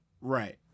Right